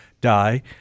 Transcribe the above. die